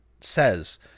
says